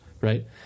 right